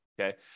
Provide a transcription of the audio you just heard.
Okay